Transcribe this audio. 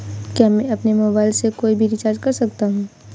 क्या मैं अपने मोबाइल से कोई भी रिचार्ज कर सकता हूँ?